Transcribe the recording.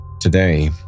Today